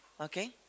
okay